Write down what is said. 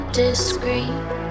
discreet